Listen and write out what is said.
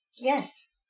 Yes